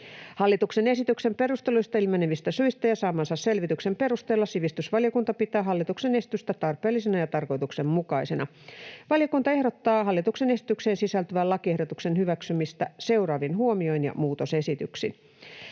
Hallituksen esityksen perusteluista ilmenevistä syistä ja saamansa selvityksen perusteella sivistysvaliokunta pitää hallituksen esitystä tarpeellisena ja tarkoituksenmukaisena. Valiokunta ehdottaa hallituksen esitykseen sisältyvän lakiehdotuksen hyväksymistä seuraavin huomioin ja muutosesityksin: